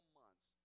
months